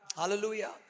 Hallelujah